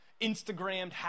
Instagrammed